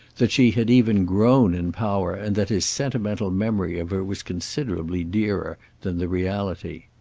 that she had even grown in power, and that his sentimental memory of her was considerably dearer than the reality.